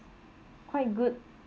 quite good